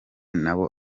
nabo